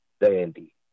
Dandy